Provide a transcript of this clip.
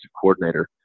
coordinator